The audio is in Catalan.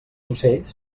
ocells